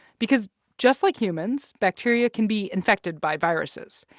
because just like humans, bacteria can be infected by viruses,